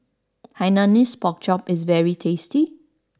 Hainanese Pork Chop is very tasty